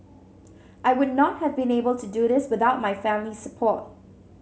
I would not have been able to do this without my family's support